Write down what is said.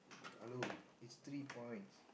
hello it's three points